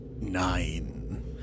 nine